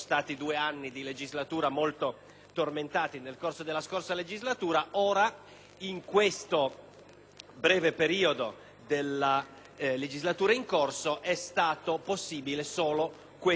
in questo breve periodo della legislatura in corso, è stato possibile solo questo intervento, un intervento importante sul quale si è concentrata l'attività